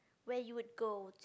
where you would go